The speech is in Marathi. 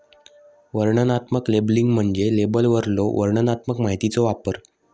वर्णनात्मक लेबलिंग म्हणजे लेबलवरलो वर्णनात्मक माहितीचो वापर